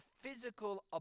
physical